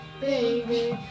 baby